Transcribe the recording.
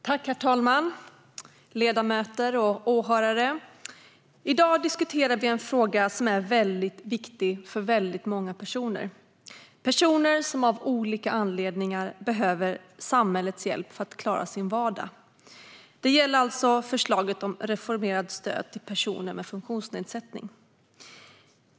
Herr talman, ledamöter och åhörare! I dag diskuterar vi en fråga som är väldigt viktig för väldigt många personer, nämligen de som av olika anledningar behöver samhällets hjälp för att klara sin vardag. Det gäller förslaget om reformerade stöd till personer med funktionsnedsättning.